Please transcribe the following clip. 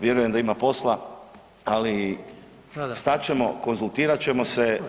Vjerujem da ima posla, ali stat ćemo, konzultirat ćemo se.